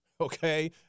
okay